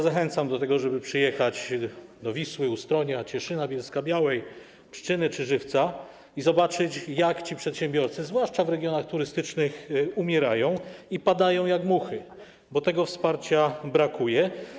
Zachęcam od tego, żeby przyjechać do Wisły, Ustronia, Cieszyna, Bielska-Białej, Pszczyny czy Żywca i zobaczyć, jak ci przedsiębiorcy, zwłaszcza w regionach turystycznych, umierają, padają jak muchy, bo tego wsparcia brakuje.